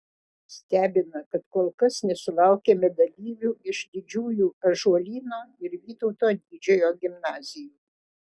stebina kad kol kas nesulaukėme dalyvių iš didžiųjų ąžuolyno ir vytauto didžiojo gimnazijų